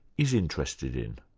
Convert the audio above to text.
is interested in.